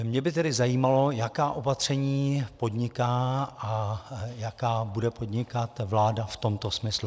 Mě by tedy zajímalo, jaká opatření podniká a jaká bude podnikat vláda v tomto smyslu.